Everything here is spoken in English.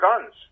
guns